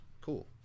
Cool